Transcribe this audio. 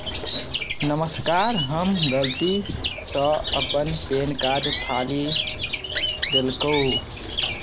नमस्कार हम गलतीसँ अपन पेन कार्ड फाड़ि देलकौ